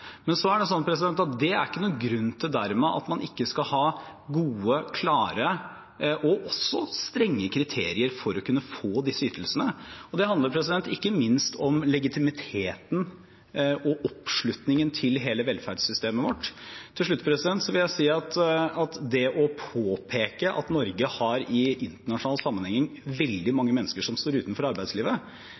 Men det er ikke dermed noen grunn til at man ikke skal ha gode, klare og også strenge kriterier for å kunne få disse ytelsene, og det handler ikke minst om legitimiteten og oppslutningen til hele velferdssystemet vårt. Til slutt vil jeg si at det å påpeke at Norge i internasjonal sammenheng har veldig mange mennesker som står utenfor arbeidslivet,